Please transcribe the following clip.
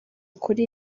kuri